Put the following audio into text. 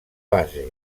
base